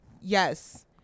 Yes